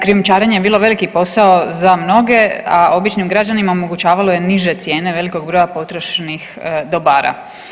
Krijumčarenje je bio veliki posao za mnoge, a običnim građanima omogućavalo je niže cijene velikog broja potrošnih dobara.